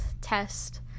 test